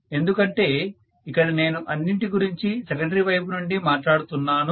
ఎందుకంటే ఇక్కడ నేను అన్నింటి గురించీ సెకండరీ వైపు నుండి మాట్లాడుతున్నాను